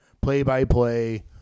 play-by-play